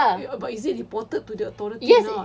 but is it reported to the authorities or not